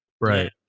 right